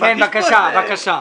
כן, בבקשה.